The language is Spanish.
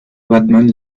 batman